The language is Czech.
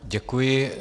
Děkuji.